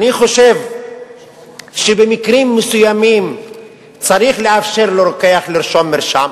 אני חושב שבמקרים מסוימים צריך לאפשר לרוקח לרשום מרשם,